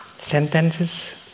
sentences